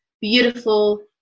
beautiful